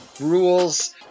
rules